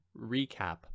recap